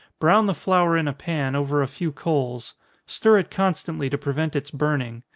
brown the flour in a pan, over a few coals stir it constantly to prevent its burning.